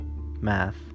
math